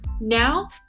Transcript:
Now